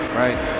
right